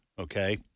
okay